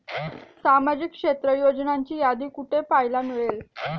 सामाजिक क्षेत्र योजनांची यादी कुठे पाहायला मिळेल?